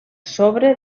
sobre